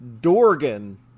Dorgan